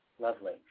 Lovely